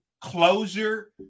closure